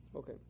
Okay